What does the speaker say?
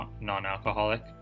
non-alcoholic